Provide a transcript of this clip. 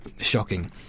shocking